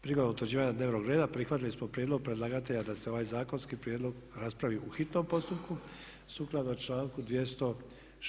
Prilikom utvrđivanja dnevnog reda prihvatili smo prijedlog predlagatelja da se ovaj zakonski prijedlog raspravi u hitnom postupku sukladno članku 206.